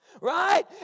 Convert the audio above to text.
right